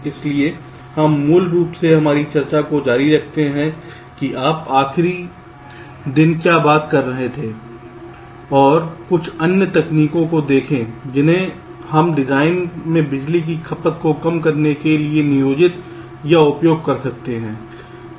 इसलिए हम मूल रूप से हमारी चर्चा जारी रखते हैं कि आप आखिरी दिन क्या बात कर रहे थे और कुछ अन्य तकनीकों को देखें जिन्हें हम डिजाइन में बिजली की खपत को कम करने के लिए नियोजित या उपयोग कर सकते हैं